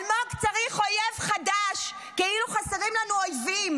אלמוג צריך אויב חדש, כאילו חסרים לנו אויבים,